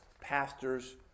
pastors